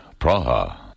Praha